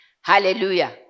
Hallelujah